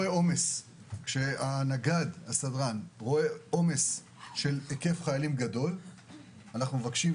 כשהנגד רואה עומס של חיילים הוא מבקש את